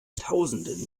tausenden